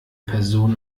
person